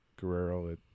Guerrero